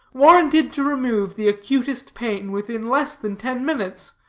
warranted to remove the acutest pain within less than ten minutes.